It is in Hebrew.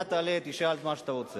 אתה תעלה, תשאל את מה שאתה רוצה.